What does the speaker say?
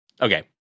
Okay